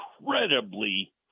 incredibly